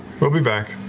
we'll be back.